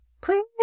please